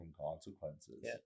consequences